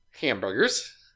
hamburgers